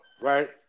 right